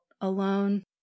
alone